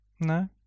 No